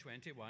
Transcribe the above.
21